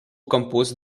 composed